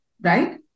right